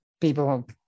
people